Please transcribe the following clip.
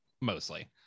mostly